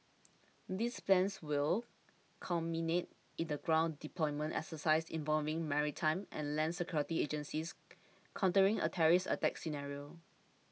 this plan will culminate in a ground deployment exercise involving maritime and land security agencies countering a terrorist attack scenario